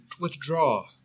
withdraw